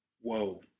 whoa